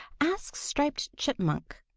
ask striped chipmunk.